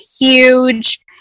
huge